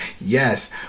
Yes